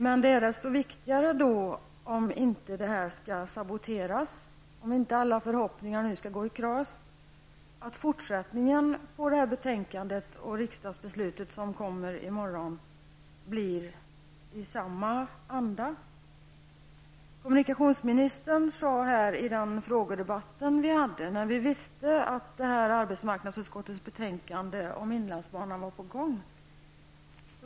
Men för att inte den här glädjen skall saboteras och för att inte alla förhoppningar skall gå i kras är det desto viktigare att fortsättningen på det här betänkandet och på det riksdagsbeslut som kommer att fattas i morgon präglas av samma anda. Kommunikationsministern gjorde några märkliga uttalanden i den frågedebatt som vi hade när vi visste att arbetsmarknadsutskottets betänkande om inlandsbanan var på gång.